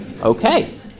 okay